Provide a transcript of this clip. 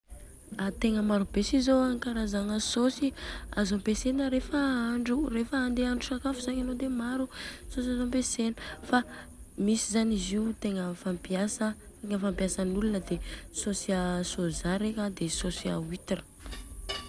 Tegna maro be si zô ankarazagna saosy azo ampesana rehefa ahandro, rehefa handeha ahandro sakafo zany anô saosy azo ampesana, fa misy zany izy tegna fampiaasa fampiasan'olona de saosy sôza reka de saosy huitre.